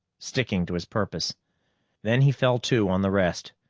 sticking to his purpose then he fell to on the rest.